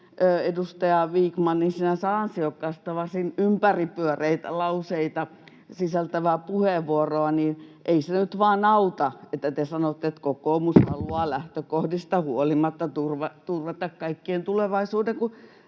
edustaja Vikmanin sinänsä ansiokasta, varsin ympäripyöreitä lauseita sisältävää puheenvuoroa, niin ei se nyt vaan auta, että te sanotte, että kokoomus haluaa lähtökohdista huolimatta turvata kaikkien tulevaisuuden,